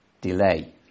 delay